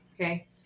okay